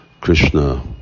Krishna